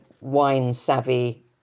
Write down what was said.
wine-savvy